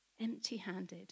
empty-handed